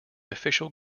official